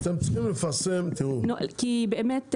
כי באמת,